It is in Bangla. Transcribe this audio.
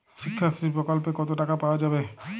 শিক্ষাশ্রী প্রকল্পে কতো টাকা পাওয়া যাবে?